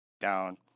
down